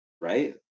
right